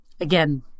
Again